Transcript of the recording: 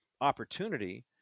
opportunity